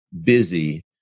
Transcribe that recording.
busy